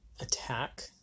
attack